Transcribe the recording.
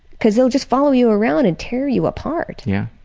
because they'll just follow you around and tear you apart. yeah.